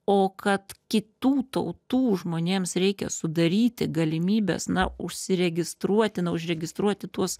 o kad kitų tautų žmonėms reikia sudaryti galimybes na užsiregistruoti na užregistruoti tuos